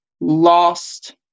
lost